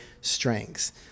strengths